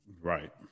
Right